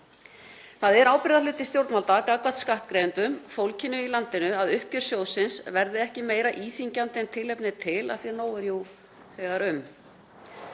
Það er ábyrgðarhluti stjórnvalda gagnvart skattgreiðendum, fólkinu í landinu, að uppgjör sjóðsins verði ekki meira íþyngjandi en tilefni er til af því að nóg er jú þegar um.